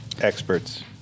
Experts